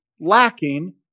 lacking